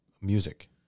music